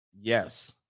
yes